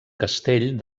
castell